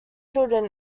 children